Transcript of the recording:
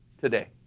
today